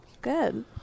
good